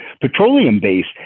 petroleum-based